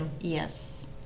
Yes